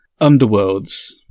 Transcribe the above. underworlds